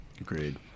Agreed